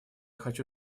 хочу